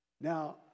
Now